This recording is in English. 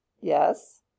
Yes